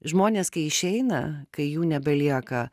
žmonės kai išeina kai jų nebelieka